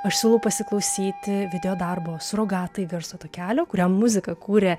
aš siūlau pasiklausyti videodarbo surogatai garso takelio kuriam muziką kūrė